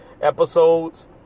episodes